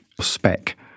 spec